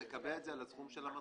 נקבע את זה על הסכום של המדרגה.